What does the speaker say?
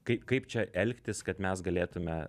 kaip kaip čia elgtis kad mes galėtume